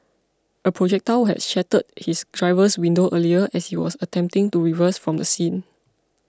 a projectile had shattered his driver's window earlier as he was attempting to reverse from the scene